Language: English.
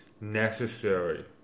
necessary